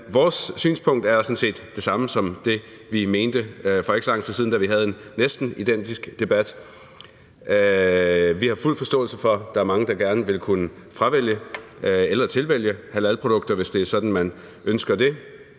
vores synspunkt er sådan set det samme som det, vi mente for ikke så lang tid siden, da vi havde en næsten identisk debat. Vi har fuld forståelse for, at der er mange, der gerne vil kunne fravælge eller tilvælge halalprodukter, altså hvis det er sådan, at man ønsker det.